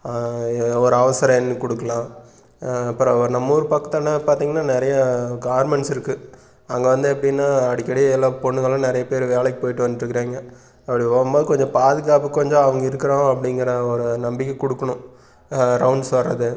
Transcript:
ஒரு அவசரம் எண் கொடுக்கலாம் அப்புறம் நம்ம ஊர் பக்கம்லா பார்த்திங்ன்னா நிறையா கார்மெண்ட்ஸ் இருக்குது அங்கே வந்து எப்படினா அடிக்கடி எல்லாம் பொண்ணுங்கள்லாம் நிறையா பேர் வேலைக்கு போய்ட்டு வந்திட்டுறிக்காங்க அப்படி போகும்போது கொஞ்ஜோம் பாதுகாப்பு கொஞ்ஜோம் அவங்க இருக்கிறோம் அப்படிங்குற ஒரு நம்பிக்கை கொடுக்குணும் ரவுண்டஸ் வரது